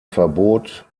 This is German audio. verbot